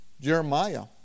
Jeremiah